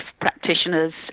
practitioners